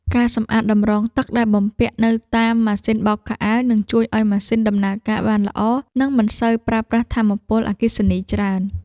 ការសម្អាតតម្រងទឹកដែលបំពាក់នៅតាមម៉ាស៊ីនបោកខោអាវ នឹងជួយឱ្យម៉ាស៊ីនដំណើរការបានល្អ និងមិនសូវប្រើប្រាស់ថាមពលអគ្គិសនីច្រើន។